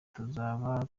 tuzaba